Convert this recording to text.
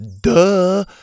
Duh